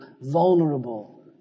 vulnerable